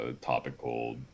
topical